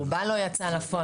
רובה לא יצאה לפועל.